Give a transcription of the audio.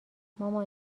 مامان